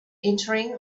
entering